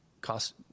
cost